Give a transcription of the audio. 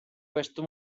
questo